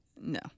No